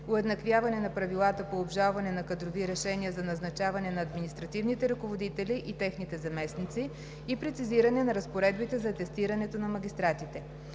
уеднаквяване на правилата по обжалване на кадровите решения за назначаване на административните ръководители и техните заместници и прецизиране на разпоредбите за атестирането на магистратите.